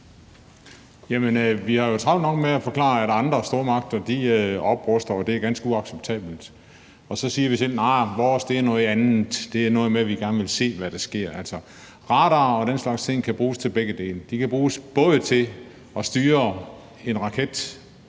vi har jo travlt nok med at tale om, at andre stormagter opruster, og at det er ganske uacceptabelt. Så siger vi til dem: Arh, vores er noget andet. Det er noget med, at vi gerne vil se, hvad der sker. Altså, radarer og den slags ting kan bruges til begge dele. De kan både bruges til at styre en raket